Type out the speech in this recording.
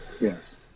Yes